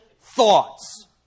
thoughts